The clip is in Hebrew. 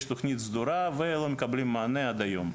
יש תוכנית סדורה ולא מקבלים מענה עד היום,